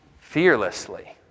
Fearlessly